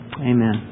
Amen